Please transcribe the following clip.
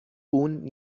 اون